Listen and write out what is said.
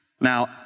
Now